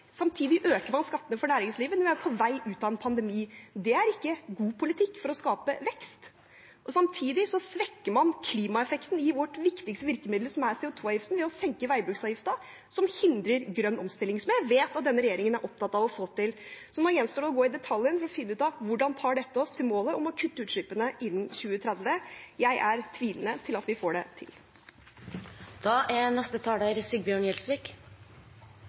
Samtidig øker man skattene for næringslivet når vi er på vei ut av en pandemi. Det er ikke god politikk for å skape vekst. Og samtidig svekker man klimaeffekten i vårt viktige virkemiddel, som er CO 2 -avgiften, ved å senke veibruksavgiften, som hindrer grønn omstilling, og som jeg vet at denne regjeringen er opptatt av å få til. Nå gjenstår det å gå inn i detaljene for å finne ut hvordan dette tar oss til målet om å kutte utslippene innen 2030. Jeg stiller meg tvilende til at vi får det